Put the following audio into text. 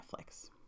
Netflix